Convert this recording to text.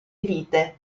vite